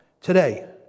today